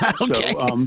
Okay